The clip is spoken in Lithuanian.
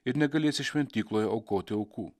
ir negalėsi šventykloje aukoti aukų